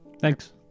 Thanks